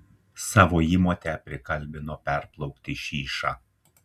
savo įmotę prikalbino perplaukti šyšą